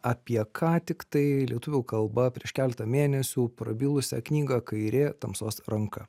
apie ką tiktai lietuvių kalba prieš keletą mėnesių prabilusią knygą kairė tamsos ranka